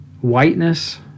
whiteness